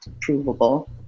provable